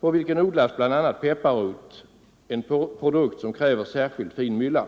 där odlas bl.a. pepparrot, en produkt som kräver särskilt fin mylla.